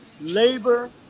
labor